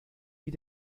die